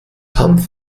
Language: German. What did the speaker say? hanf